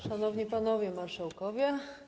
Szanowni Panowie Marszałkowie!